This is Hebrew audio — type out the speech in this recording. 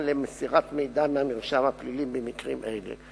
למסירת מידע מהמרשם הפלילי במקרים אלה.